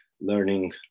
learning